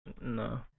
No